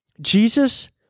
Jesus